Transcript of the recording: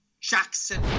Jackson